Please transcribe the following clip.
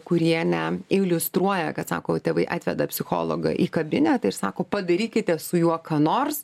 kurie ne iliustruoja kad sako tėvai atveda psichologą į kabinetą ir sako padarykite su juo ką nors